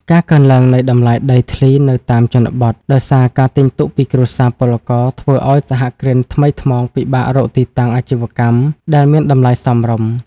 ការកើនឡើងនៃតម្លៃដីធ្លីនៅតាមជនបទ ដោយសារការទិញទុកពីគ្រួសារពលករ ធ្វើឱ្យសហគ្រិនថ្មីថ្មោងពិបាករកទីតាំងអាជីវកម្មដែលមានតម្លៃសមរម្យ។